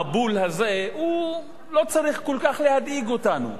המבול הזה לא צריך כל כך להדאיג אותנו.